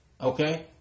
Okay